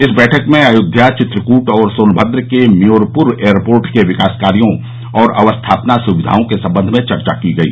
इस बैठक में अयोध्या चित्रकूट और सोनभद्र के म्योरपूर एयरपोर्ट के विकास कार्यो और अवस्थापना सुविधाओं के संबंध में चर्चा की गई